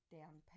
down